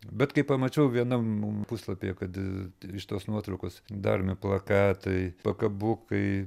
bet kai pamačiau vienam puslapyje kad iš tos nuotraukos daromi plakatai pakabukai